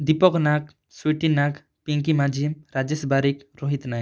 Deepak Nag Sweety Nag Pinky Majhi Rajesh Barik Rohit Nag